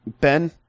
Ben